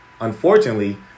Unfortunately